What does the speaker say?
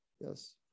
Yes